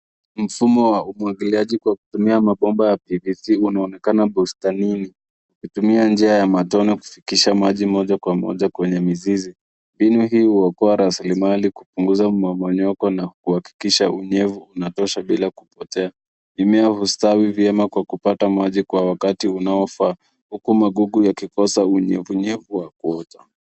Mfumo wa umwagiliaji wa kutumia mabombaba ya PVC unaonekana bustanini kutumia njia matone yakufikisha maji moja kwa moja kwenye mizizi. Mifumo hii huokoa rasilmali, kupunguza mmomonyoko. Mimea hustawi vyema kwa kupata maji kwa wakati unaofaa huku yakikosa unyevunyevu